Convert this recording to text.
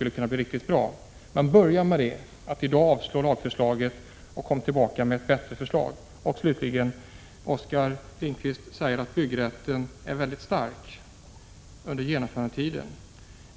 kunna bli riktigt bra. Men låt oss börja med att i dag avslå lagförslaget, och kom sedan tillbaka med ett bättre förslag! Slutligen säger Oskar Lindkvist att byggrätten är väldigt stark under genomförandetiden.